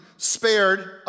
spared